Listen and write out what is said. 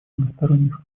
многосторонних